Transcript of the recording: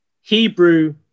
Hebrew